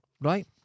Right